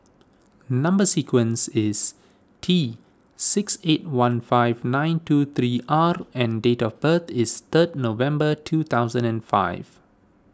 Number Sequence is T six eight one five nine two three R and date of birth is third November two thousand and five